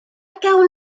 gawn